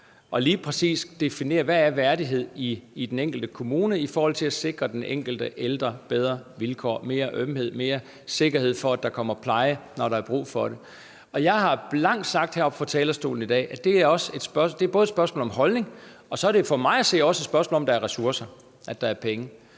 og lige præcis definere, hvad værdighed er i den enkelte kommune i forhold til at sikre den enkelte ældre bedre vilkår, mere ømhed, mere sikkerhed for, at der kommer pleje, når der er brug for det. Jeg har blankt sagt heroppe fra talerstolen i dag, at det både er et spørgsmål om holdning og for mig at se også et spørgsmål om ressourcer, altså om der er penge.